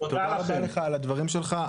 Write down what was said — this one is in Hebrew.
תודה רבה לך על הדברים שלך.